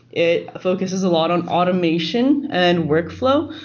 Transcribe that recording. it focuses a lot on automation and workflow,